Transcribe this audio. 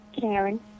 Karen